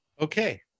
Okay